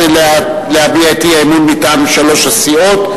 להביע את האי-אמון מטעם שלוש הסיעות.